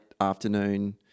afternoon